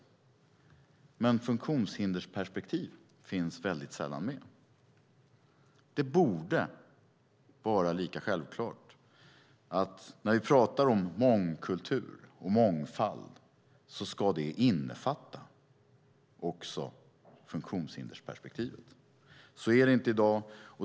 Men funktionshindersperspektiv finns väldigt sällan med. Det borde vara lika självklart. När vi pratar om mångkultur och mångfald ska också funktionshindersperspektivet innefattas. Så är det inte i dag.